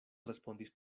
respondis